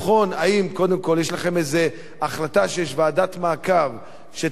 האם קודם כול יש לכם איזו החלטה שיש ועדת מעקב שתפקח